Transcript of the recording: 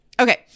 Okay